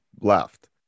left